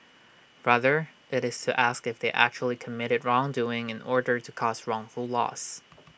rather IT is to ask if they actually committed wrongdoing in order to cause wrongful loss